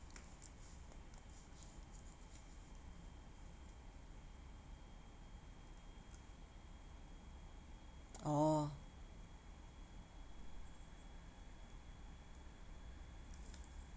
orh